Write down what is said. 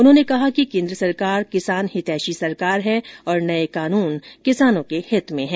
उन्होंने कहा कि केन्द्र सरकार किसान हितैषी सरकार है और नए कानून किसानों के हित में है